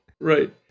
right